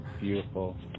Beautiful